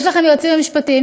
יש לכם יועצים משפטיים,